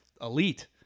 elite